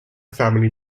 family